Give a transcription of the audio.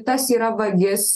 tas yra vagis